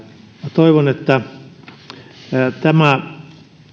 toivon että tämä